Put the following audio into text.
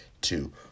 two